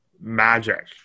magic